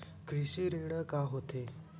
कृषि ऋण का होथे?